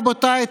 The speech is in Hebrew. רבותיי,